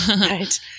Right